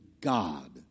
God